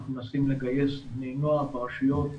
אנחנו מנסים לגייס בני נוער ברשויות,